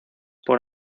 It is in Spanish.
por